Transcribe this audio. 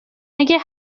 اگه